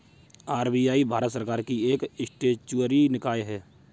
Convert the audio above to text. RBI Bharat सरकार की एक स्टेचुअरी निकाय है